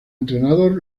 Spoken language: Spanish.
entrenador